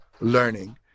learning